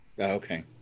okay